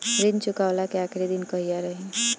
ऋण चुकव्ला के आखिरी दिन कहिया रही?